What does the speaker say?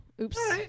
Oops